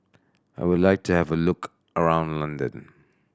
I would like to have a look around London